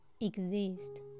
exist